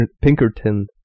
Pinkerton